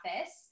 office